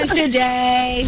today